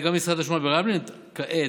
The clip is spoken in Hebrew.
כעת,